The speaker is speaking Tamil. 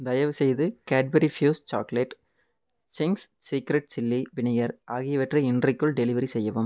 தயவுசெய்து Cadbury Fuse chocolate Ching's Secret chilli வினிகரை ஆகியவற்றை இன்றைக்குள் டெலிவரி செய்யவும்